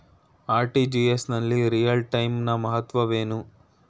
RTGS ನಲ್ಲಿ real time ನ ಮಹತ್ವವೇನು?